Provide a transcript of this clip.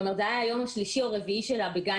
זה היה היום השלישי או הרביעי שלה בגן